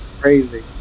crazy